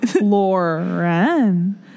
Lauren